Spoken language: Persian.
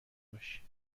باش